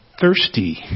thirsty